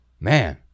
Man